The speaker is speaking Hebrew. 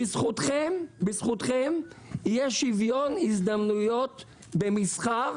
בזכותכם יהיה שוויון הזדמנויות במסחר.